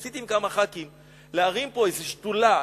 ניסיתי עם כמה חברי כנסת להרים פה איזו שדולה,